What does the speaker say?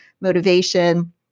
motivation